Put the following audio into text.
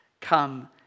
come